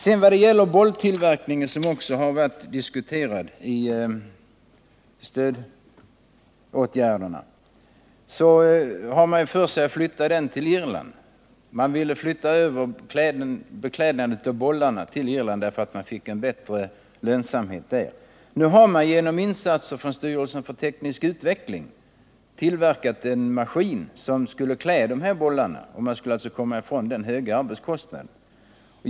I fråga om bolltillverkningen, som också har diskuterats när det gäller stödåtgärderna, så har man ju för sig att flytta den till Irland. Man vill flytta arbetet med beklädnaden av bollarna till Irland därför att man skulle få en bättre lönsamhet där. Genom insatser från styrelsen för teknisk utveckling har det emellertid tillverkats en maskin med vilken bollarna kan kläs, och man skulle alltså kunna komma ifrån den höga arbetskostnaden.